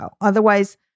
Otherwise